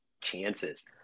chances